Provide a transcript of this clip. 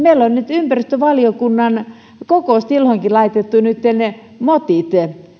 ympäristövaliokunnan kokoustiloihinkin laitettu motit